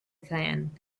clan